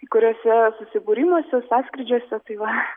kuriuose susibūrimuose sąskrydžiuose tai va